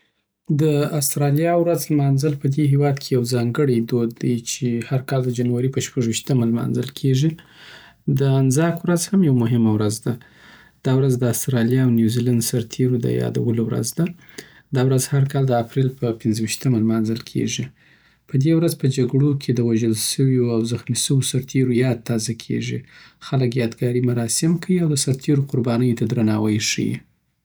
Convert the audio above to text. د آسترالیا ورځ لمانځل په دی هیواد کی یو ځانګړی دود دی چی هر کال د جنورۍ په شپږويشتمه نیټه لمانځل کېږي. د "انزاک ورځ" هم یوه مهمه ورځ ده دا ورځ د آسترالیا او نیوزیلینډ سرتېرو د یادولو ورځ ده. دا ورځ هر کال د اپرېل په پنځه ويشتمه نیټه لمانځل کېږي. په دې ورځ په جګړو کې د وژل شویو او زخمي شویو سرتېرو یاد تازه کېږي. خلک یادګاري مراسم کوي او د سرتېرو قربانیو ته درناوی ښیی